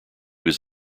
his